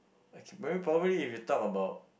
well probably if you talk about